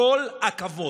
כל הכבוד.